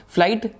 Flight